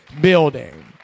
building